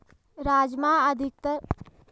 राजमा अधिकतर लोगो का मनपसंद खाना होता है